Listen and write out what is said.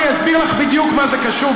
אני אסביר לך בדיוק מה זה קשור,